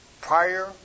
prior